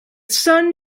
sun